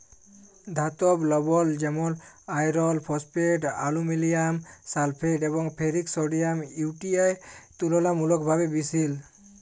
ধাতব লবল যেমল আয়রল ফসফেট, আলুমিলিয়াম সালফেট এবং ফেরিক সডিয়াম ইউ.টি.এ তুললামূলকভাবে বিশহিল